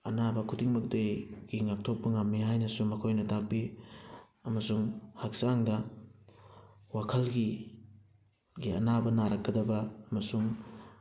ꯑꯅꯥꯕ ꯈꯨꯗꯤꯡꯃꯛꯇꯒꯤ ꯉꯥꯛꯊꯣꯛꯄ ꯉꯝꯃꯤ ꯍꯥꯏꯅꯁꯨ ꯃꯈꯣꯏꯅ ꯇꯥꯛꯄꯤ ꯑꯃꯁꯨꯡ ꯍꯛꯆꯥꯡꯗ ꯋꯥꯈꯜꯒꯤ ꯒꯤ ꯑꯅꯥꯕ ꯅꯥꯔꯛꯀꯗꯕ ꯑꯃꯁꯨꯡ